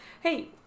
Hey